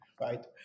right